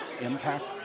impact